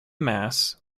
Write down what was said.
mass